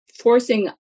forcing